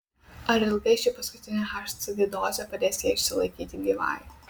ar ilgai ši paskutinė hcg dozė padės jai išsilaikyti gyvai